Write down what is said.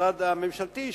המשרד הממשלתי,